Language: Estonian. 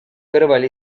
kõrval